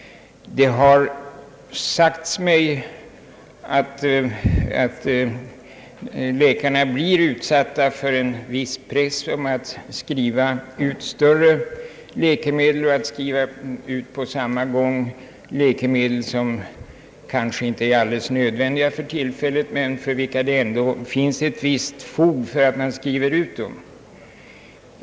Det har sagts mig från kolleger att läkarna blir utsatta för en viss press att skriva ut större kvantiteter läkemedel och att på samma gång skriva ut läkemedel som kanske inte är alldeles nödvändiga för tillfället men som det ändå finns visst fog att skriva ut.